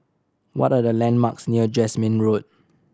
what are the landmarks near Jasmine Road